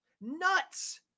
nuts